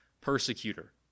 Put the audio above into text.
persecutor